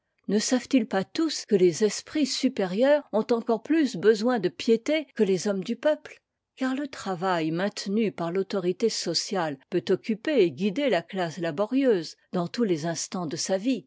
ne savent-ils pas tous que les esprits supérieurs ont encore plus besoin de piété que les hommes du peuple car le travail maintenu par l'autorité sociale peut occuper et guider la classe laborieuse dans tous les instants de sa vie